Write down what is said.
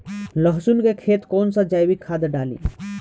लहसुन के खेत कौन सा जैविक खाद डाली?